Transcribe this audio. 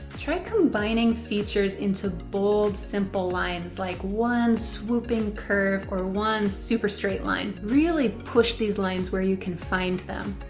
try combining features into bold simple lines like one swooping curve or one super-straight line. really push these lines where you can find them.